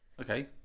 okay